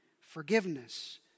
forgiveness